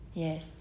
yes